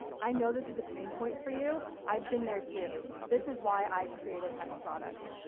i know this is a pain point for you, i've been there too, this is why i created x product.